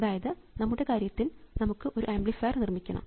അതായത് നമ്മുടെ കാര്യത്തിൽ നമുക്ക് ഒരു ആംപ്ലിഫയർ നിർമിക്കണം